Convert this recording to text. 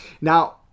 Now